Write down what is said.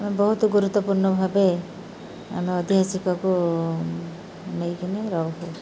ବହୁତ ଗୁରୁତ୍ୱପୂର୍ଣ୍ଣ ଭାବେ ଆମେ ଐତିହାସିକକୁ ନେଇକିନି ରହୁ